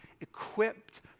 equipped